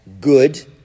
good